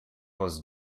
was